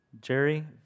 Jerry